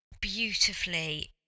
beautifully